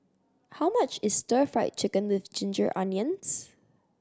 how much is Stir Fried Chicken With Ginger Onions